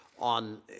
on